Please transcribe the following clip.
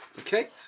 Okay